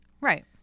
right